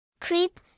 Creep